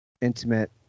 intimate